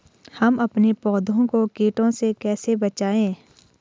हम अपने पौधों को कीटों से कैसे बचाएं?